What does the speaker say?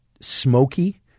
smoky